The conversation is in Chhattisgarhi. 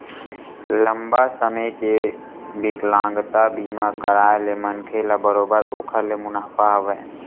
लंबा समे के बिकलांगता बीमा कारय ले मनखे ल बरोबर ओखर ले मुनाफा हवय